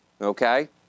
okay